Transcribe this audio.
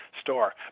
store